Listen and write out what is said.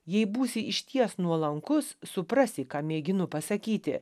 jei būsi išties nuolankus suprasi ką mėginu pasakyti